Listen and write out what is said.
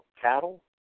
cattle